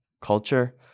culture